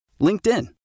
LinkedIn